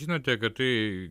žinote kad tai